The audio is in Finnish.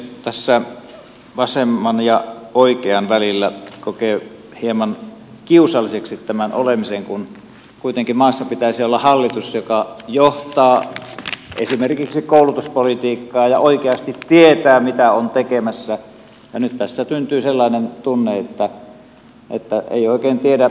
tässä vasemman ja oikean välillä kokee hieman kiusalliseksi tämän olemisen kun kuitenkin maassa pitäisi olla hallitus joka johtaa esimerkiksi koulutuspolitiikkaa ja oikeasti tietää mitä on tekemässä ja nyt tässä syntyy sellainen tunne että ei oikein tiedä